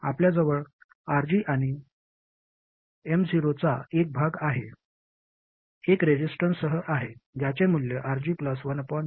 आपल्याजवळ RG आणि M0 चा एक भाग आहे एक रेझिस्टरसह आहे ज्याचे मूल्य RG 1gm0 आहे